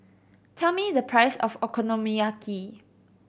tell me the price of Okonomiyaki